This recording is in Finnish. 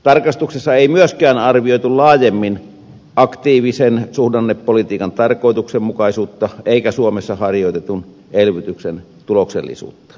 tarkastuksessa ei myöskään arvioitu laajemmin aktiivisen suhdannepolitiikan tarkoituksenmukaisuutta eikä suomessa harjoitetun elvytyksen tuloksellisuutta